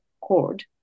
cord